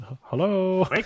Hello